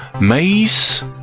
Maize